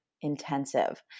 intensive